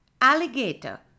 Alligator